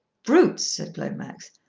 brutes! said glomax.